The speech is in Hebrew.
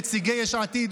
נציגי יש עתיד,